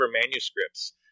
manuscripts